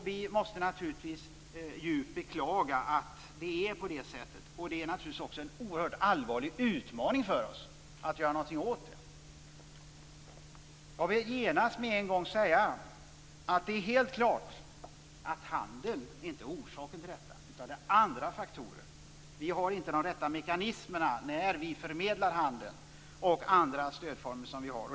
Vi beklagar naturligtvis djupt att det är så. Det är naturligtvis också en oerhört allvarlig utmaning för oss att göra någonting åt detta. Jag vill med en gång säga att det är helt klart att det inte är handeln som är orsaken till denna situation. Det är andra faktorer. Vi har inte tillgång till de rätt mekanismerna för att förmedla handeln och andra stödformer.